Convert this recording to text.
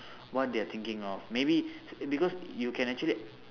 what they are thinking of maybe because you can actually